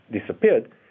disappeared